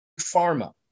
pharma